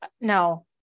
no